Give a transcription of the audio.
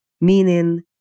meaning